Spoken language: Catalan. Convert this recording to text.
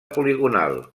poligonal